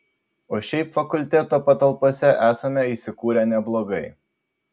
o šiaip fakulteto patalpose esame įsikūrę neblogai